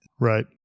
Right